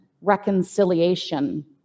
reconciliation